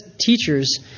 teachers